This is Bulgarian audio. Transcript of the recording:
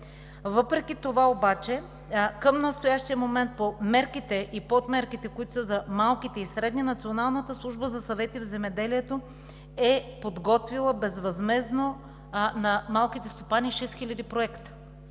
Въпреки това обаче към настоящия момент по мерките и подмерките, които са за малките и средни стопани, Националната служба за съвети в земеделието е подготвила безвъзмездно на малките стопани 6 хиляди проекта.